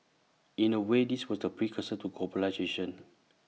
in A way this was the precursor to globalisation